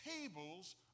tables